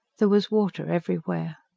there was water everywhere.